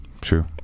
true